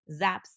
zaps